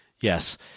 Yes